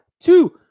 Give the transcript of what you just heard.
two